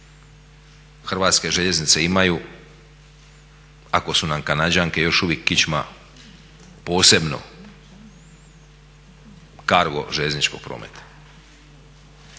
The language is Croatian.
perspektivu HŽ imaju ako su nam kanađanke još uvijek kičma posebno Cargo željezničkog prometa?